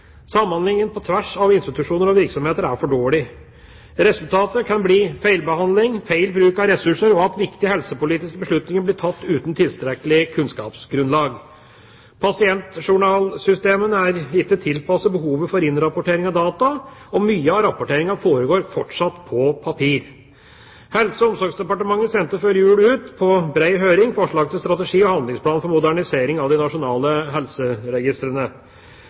Samhandlingen på tvers av institusjoner og virksomheter er for dårlig. Resultatet kan bli feilbehandling, feil bruk av ressurser og at viktige helsepolitiske beslutninger blir tatt uten tilstrekkelig kunnskapsgrunnlag. Pasientjournalsystemene er ikke tilpasset behovet for innrapportering av data, og mye av rapporteringen foregår fortsatt på papir. Helse- og omsorgsdepartementet sendte før jul ut på bred høring forslag til strategi- og handlingsplan for modernisering av de nasjonale helseregistrene.